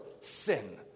sin